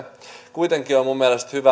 kuitenkin on minun mielestäni